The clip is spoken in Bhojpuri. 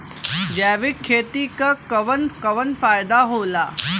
जैविक खेती क कवन कवन फायदा होला?